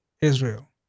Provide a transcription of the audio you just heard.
Israel